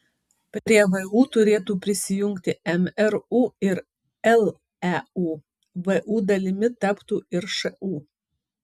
prie vu turėtų prisijungti mru ir leu vu dalimi taptų ir šu